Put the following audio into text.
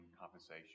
compensation